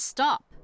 Stop